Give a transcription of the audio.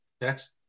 Next